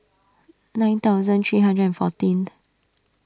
nine thousand three hundred and fourteenth